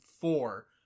four